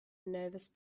nervous